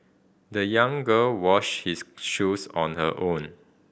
the young girl wash his shoes on her own